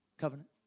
covenant